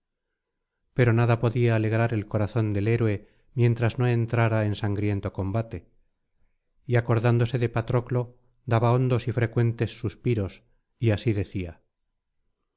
pero nada podía alegrar el corazón del héroe mientras no entrara en sangriento combate y acordándose de patroclo daba hondos y frecuentes suspiros y así decía